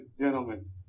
gentlemen